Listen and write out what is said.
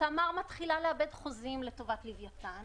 תמר מתחילה לאבד חוזים לטובת לווייתן